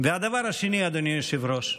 הדבר השני הוא, אדוני היושב-ראש,